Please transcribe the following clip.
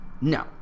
No